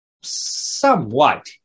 somewhat